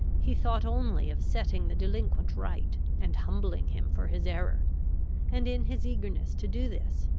he thought only of setting the delinquent right, and humbling him for his error and, in his eagerness to do this,